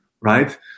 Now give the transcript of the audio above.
right